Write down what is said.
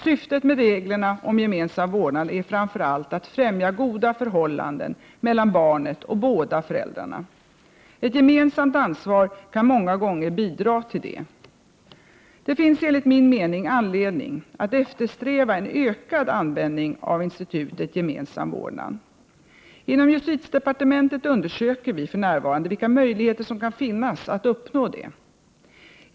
Syftet med reglerna om gemensam vårdnad är framför allt att främja goda förhållanden mellan barnet och båda föräldrarna. Ett gemensamt ansvar kan många gånger bidra till det. Det finns enligt min mening anledning att eftersträva en ökad användning av institutet gemensam vårdnad. Inom justitiedepartementet undersöker vi för närvarande vilka möjligheter som kan finnas att uppnå detta.